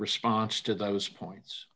response to those points